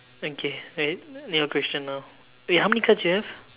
okay right new question now eh how many cards you have